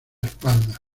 espalda